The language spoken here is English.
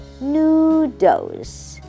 noodles